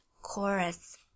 chorus